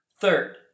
Third